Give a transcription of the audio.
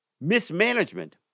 mismanagement